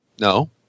No